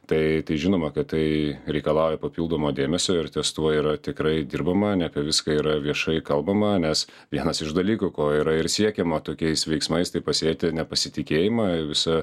tai tai žinoma kad tai reikalauja papildomo dėmesio ir ties tuo yra tikrai dirbama ne apie viską yra viešai kalbama nes vienas iš dalykų ko yra ir siekiama tokiais veiksmais tai pasėti nepasitikėjimą visa